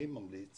אני ממליץ